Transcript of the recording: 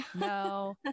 No